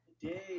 Today